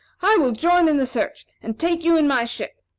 i will join in the search, and take you in my ship.